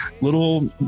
little